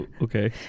Okay